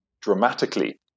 dramatically